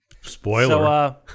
Spoiler